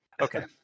Okay